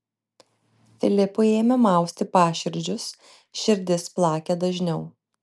filipui ėmė mausti paširdžius širdis plakė dažniau